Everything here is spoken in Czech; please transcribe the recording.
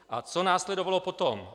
A co následovalo potom?